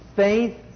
Faith